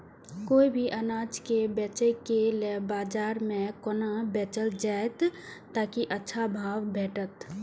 कोय भी अनाज के बेचै के लेल बाजार में कोना बेचल जाएत ताकि अच्छा भाव भेटत?